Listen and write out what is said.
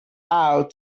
out